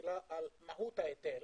מהות ההיטל